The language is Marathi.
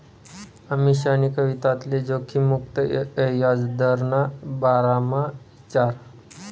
अमीशानी कविताले जोखिम मुक्त याजदरना बारामा ईचारं